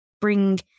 bring